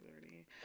already